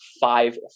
five